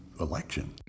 election